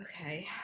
Okay